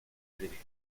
derecho